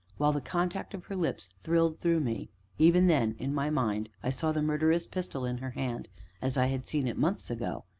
while the contact of her lips thrilled through me even then, in my mind, i saw the murderous pistol in her hand as i had seen it months ago.